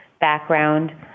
background